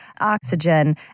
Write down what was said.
oxygen